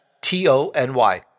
T-O-N-Y